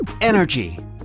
energy